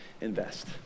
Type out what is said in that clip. invest